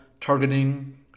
targeting